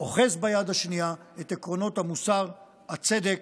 אוחז ביד השנייה את עקרונות המוסר, הצדק,